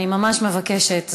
אני ממש מבקשת,